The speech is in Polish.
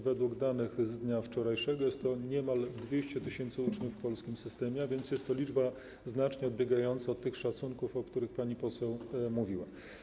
Według danych z dnia wczorajszego jest niemal 200 tys. uczniów w polskim systemie, a więc jest to liczba znacznie odbiegająca od szacunków, o których pani poseł mówiła.